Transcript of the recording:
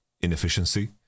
inefficiency